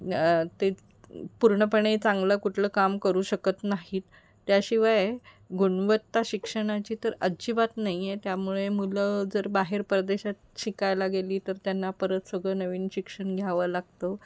ते पूर्णपणे चांगलं कुठलं काम करू शकत नाहीत त्याशिवाय गुणवत्ता शिक्षणाची तर अजिबात नाही आहे त्यामुळे मुलं जर बाहेर प्रदेशात शिकायला गेली तर त्यांना परत सगळं नवीन शिक्षण घ्यावं लागतं